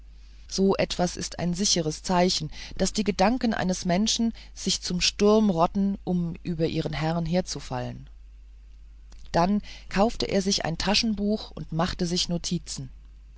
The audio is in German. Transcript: so etwas ist ein sicheres zeichen daß die gedanken eines menschen sich zum sturm rotten um über ihren herrn herzufallen dann kaufte er sich ein taschenbuch und machte sich notizen